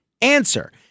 Answer